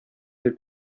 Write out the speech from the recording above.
del